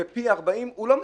זה פי 40 - הוא לא מידתי.